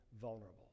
vulnerable